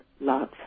love